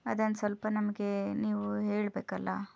ಅದನ್ನು ಸ್ವಲ್ಪ ನಮಗೆ ನೀವು ಹೇಳಬೇಕಲ್ಲ